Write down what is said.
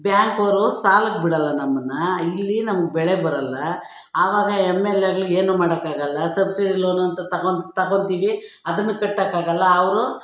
ಬ್ಯಾಂಕವರು ಸಾಲಕ್ಕೆ ಬಿಡಲ್ಲ ನಮ್ಮನ್ನ ಇಲ್ಲಿ ನಮ್ಗೆ ಬೆಳೆ ಬರಲ್ಲ ಆವಾಗ ಎಮ್ ಎಲ್ ಎಗಳಿಗ್ ಏನು ಮಾಡೋಕ್ಕಾಗಲ್ಲ ಸಬ್ಸಿಡಿ ಲೋನು ಅಂತ ತಗೊ ತಗೊಳ್ತೀವಿ ಅದನ್ನು ಕಟ್ಟೋಕ್ಕಾಗಲ್ಲ ಅವರು